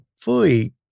fully